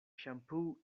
shampoo